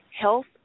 health